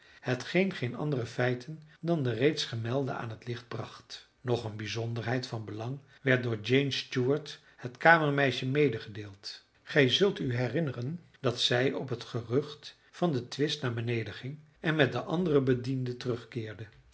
hetgeen geen andere feiten dan de reeds gemelde aan het licht bracht nog een bijzonderheid van belang werd door jane stewart het kamermeisje medegedeeld gij zult u herinneren dat zij op het gerucht van den twist naar beneden ging en met de andere bedienden terugkeerde